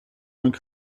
und